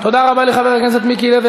תודה רבה לחבר הכנסת מיקי לוי.